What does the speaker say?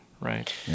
Right